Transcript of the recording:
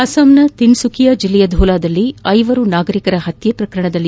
ಅಸ್ಪಾಂನ ತಿನ್ಸುಕಿಯಾ ಜಿಲ್ಲೆಯ ಧೋಲಾದಲ್ಲಿ ಐವರು ನಾಗರಿಕರ ಹತ್ನೆ ಪ್ರಕರಣದಲ್ಲಿ